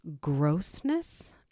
grossness